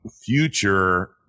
future